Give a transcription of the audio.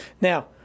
Now